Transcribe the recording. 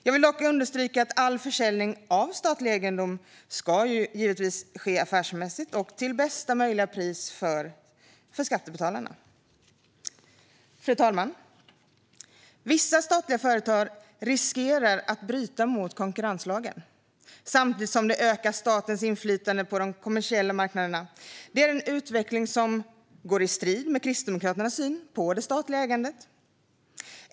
Jag vill dock understryka att all försäljning av statlig egendom givetvis ska ske affärsmässigt och till bästa möjliga pris för skattebetalarna. Fru talman! Vissa statliga företag riskerar att bryta mot konkurrenslagen, samtidigt som de ökar statens inflytande på de kommersiella marknaderna. Det är en utveckling som går i strid med Kristdemokraternas syn på det statliga ägandet.